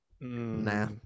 Nah